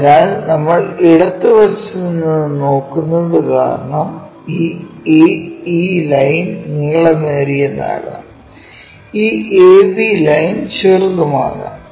അതിനാൽ നമ്മൾ ഇടത് വശത്ത് നിന്ന് നോക്കുന്നത് കാരണം ഈ AE ലൈൻ നീളമേറിയതാകാം ഈ AB ലൈൻ ചെറുതുമാകാം